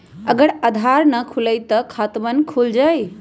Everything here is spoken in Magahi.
अगर आधार न होई त खातवन खुल जाई?